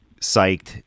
psyched